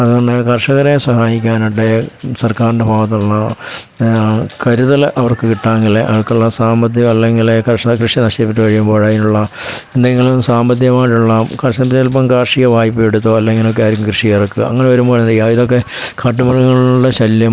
അതു പോലെ തന്നെ കർഷകരെ സഹായിക്കാനായിട്ട് സർക്കാരിൻ്റെ ഭാഗത്തു നിന്നുള്ള കരുതൽ അവർക്കു കിട്ടുകയാണെങ്കിൽ അവർക്കുള്ള സാമ്പത്തികം അല്ലെങ്കിൽ അവർക്കുള്ള കൃഷി നഷ്ടപ്പെട്ടു കഴിയുമ്പോൾ അതിലുള്ള എന്തെങ്കിലും സാമ്പത്തികമായിട്ടുള്ള കർഷകൻ ചിലപ്പോൾ കാർഷിക വായ്പ എടുത്തോ അല്ലെങ്കിലൊക്കെ ആയിരിക്കും കൃഷി ഇറക്കുക അങ്ങനെ വരുമ്പോഴായിരിക്കും ഇതൊക്കെ കാട്ടുമൃഗങ്ങളുടെ ശല്യം